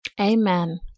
Amen